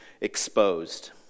exposed